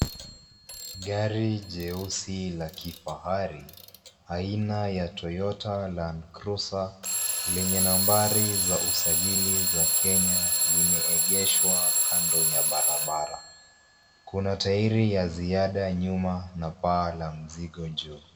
Gari jeusi la kifahari aina ya Toyota Landcruiser lenye nambari za usajili za Kenya limeegeshwa kando ya barabara. Kuna tairi ya ziada nyuma na paa la mzigo juu.